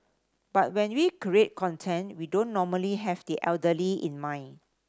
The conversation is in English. but when we create content we don't normally have the elderly in mind